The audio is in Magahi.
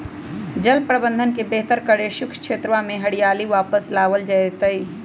जल प्रबंधन के बेहतर करके शुष्क क्षेत्रवा में हरियाली वापस लावल जयते हई